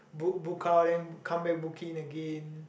book book out then come back book in again